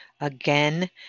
again